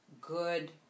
good